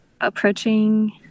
approaching